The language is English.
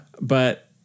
but-